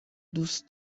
دوست